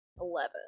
eleven